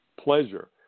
pleasure